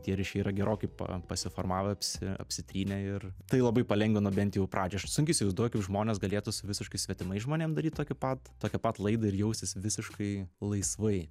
tie ryšiai yra gerokai pa pasiformavę apsi apsitrynę ir tai labai palengvino bent jau pradžią aš sunkiai įsivaizduoju kaip žmonės galėtų su visiškai svetimais žmonėm daryt tokį pat tokią pat laidą ir jaustis visiškai laisvai